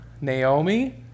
Naomi